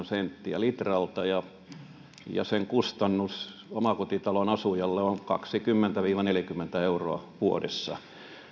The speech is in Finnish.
senttiä litralta ja jonka kustannus omakotitalon asujalle on kaksikymmentä viiva neljäkymmentä euroa vuodessa